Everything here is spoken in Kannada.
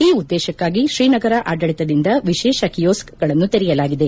ಈ ಉದ್ದೇಶಕ್ಕಾಗಿ ಶ್ರೀನಗರ ಆಡಳಿತದಿಂದ ವಿಶೇಷ ಕಿಯೋಸ್ತ್ಗಳನ್ನು ತೆರೆಯಲಾಗಿದೆ